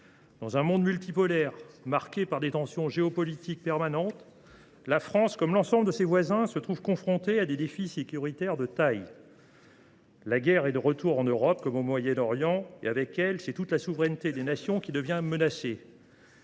Dans un monde multipolaire marqué par des tensions géopolitiques permanentes, la France, comme l’ensemble de ses voisins, se trouve confrontée à des défis sécuritaires de taille. La guerre est de retour, en Europe comme au Moyen Orient, et menace la souveraineté des nations. Ces troubles